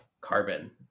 carbon